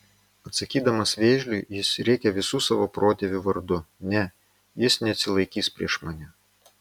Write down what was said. atsakydamas vėžliui jis rėkia visų savo protėvių vardu ne jis neatsilaikys prieš mane